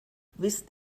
wisst